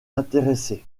intéressée